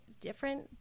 different